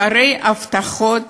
אחרי ההבטחות